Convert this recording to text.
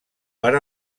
per